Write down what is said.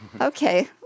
Okay